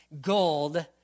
gold